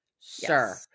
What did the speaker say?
Sir